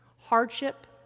hardship